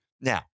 Now